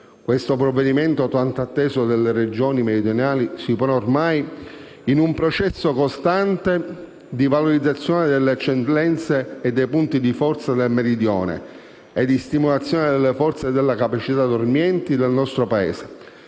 Questo provvedimento, tanto atteso dalle Regioni meridionali, si pone ormai in un processo costante di valorizzazione delle eccellenze e dei punti di forza del Meridione e di stimolazione delle forze e delle capacità dormienti del nostro Paese.